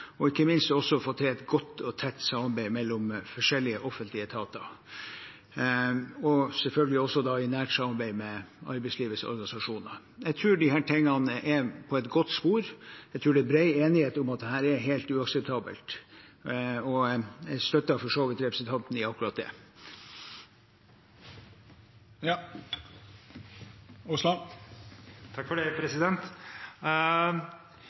Ikke minst vil jeg også få til et godt og tett samarbeid mellom forskjellige offentlige etater, og selvfølgelig også i nært samarbeid med arbeidslivets organisasjoner. Jeg tror disse tingene er på et godt spor. Jeg tror det er bred enighet om at dette er helt uakseptabelt, og jeg støtter for så vidt representanten i akkurat det.